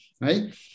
right